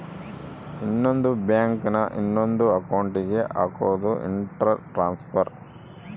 ಇನ್ನೊಂದ್ ಬ್ಯಾಂಕ್ ನ ಇನೊಂದ್ ಅಕೌಂಟ್ ಗೆ ಹಕೋದು ಇಂಟರ್ ಟ್ರಾನ್ಸ್ಫರ್